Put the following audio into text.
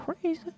crazy